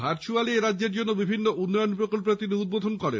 virtually এরাজ্যের জন্য বিভিন্ন উন্নয়নী প্রকল্পের গতকাল তিনি উদ্বোধন করেন